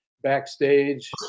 backstage